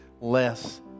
less